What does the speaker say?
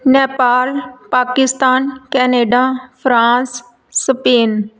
Nepal Pakistan Canada France Spain